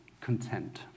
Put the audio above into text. content